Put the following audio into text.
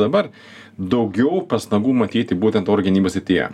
dabar daugiau pastangų matyti būtent oro gynybos srityje